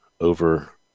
over